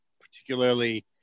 particularly